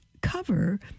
cover